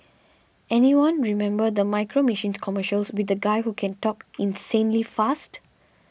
anyone remember the Micro Machines commercials with the guy who can talk insanely fast